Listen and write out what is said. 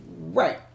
right